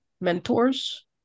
mentors